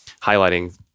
highlighting